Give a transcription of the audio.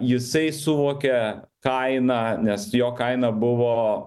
jisai suvokia kainą nes jo kaina buvo